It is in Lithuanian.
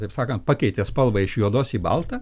taip sakant pakeitė spalvą iš juodos į baltą